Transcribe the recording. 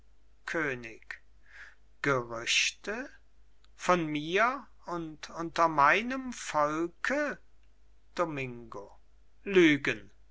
könig gerüchte von mir und unter meinem volke domingo lügen